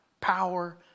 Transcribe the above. power